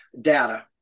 data